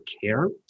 care